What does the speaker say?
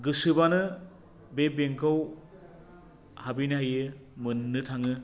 गोसोबानो बे बेंकआव हाबैनो हायो मोननो थाङो